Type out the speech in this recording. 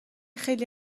خیلی